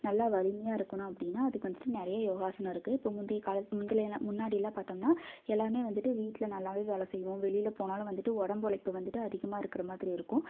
நல்லா வலிமையாக இருக்கணும் அப்படின்னா அதுக்கு வந்துட்டு நிறைய யோகாசனம் இருக்குது இப்போ முந்தைய காலத்து முந்துலி எல்லாம் முன்னாடியெலாம் பார்த்தோம்னா எல்லாமே வந்துட்டு வீட்டில் நல்லாவே வேலை செய்வோம் வெளியில் போனாலும் வந்துட்டு உடம்பொழைப்பு வந்துட்டு அதிகமாக இருக்கிற மாதிரி இருக்கும்